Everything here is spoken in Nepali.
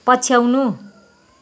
पछ्याउनु